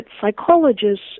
psychologists